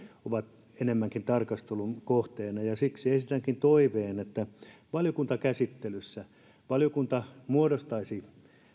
ovat enemmänkin tarkastelun kohteena siksi esitänkin toiveen että valiokuntakäsittelyssä valiokunta muodostaisi